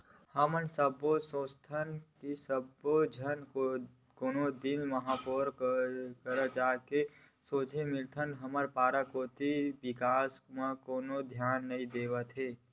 हमन सब सोचत हन सब्बो झन कोनो दिन महापौर करा जाके सोझ मिलतेन हमर पारा कोती के बिकास म कोनो धियाने नइ देवत हे